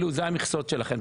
זה המכסות שלכם,